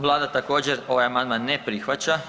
Vlada također, ovaj amandman ne prihvaća.